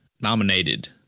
nominated